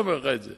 בזמן